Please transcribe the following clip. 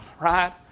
right